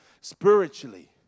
spiritually